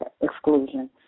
exclusion